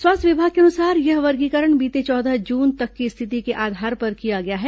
स्वास्थ्य विभाग के अनुसार यह वर्गीकरण बीते चौदह जून तक की स्थिति के आधार पर किया गया है